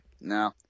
No